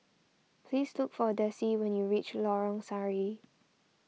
please look for Dessie when you reach Lorong Sari